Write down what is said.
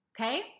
Okay